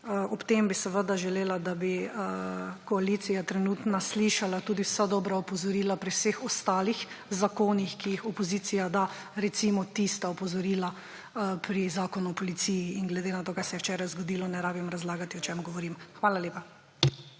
Ob tem bi želela, da bi trenutna koalicija slišala tudi vsa dobra opozorila pri vseh ostalih zakonih, ki jih opozicija da, recimo tista opozorila pri Zakonu o policiji, glede na to, kar se je včeraj zgodilo, ne rabim razlagati, o čem govorim. Hvala lepa.